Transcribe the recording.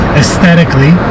aesthetically